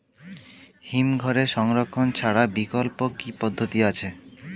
হিমঘরে সংরক্ষণ ছাড়া বিকল্প কি পদ্ধতি আছে?